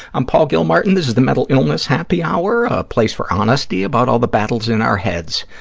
i'm paul gilmartin. this is the mental illness happy hour, a place for honesty about all the battles in our heads,